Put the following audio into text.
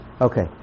Okay